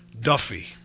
Duffy